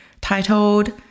titled